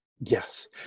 Yes